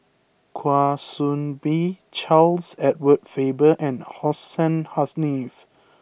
Kwa Soon Bee Charles Edward Faber and Hussein Haniff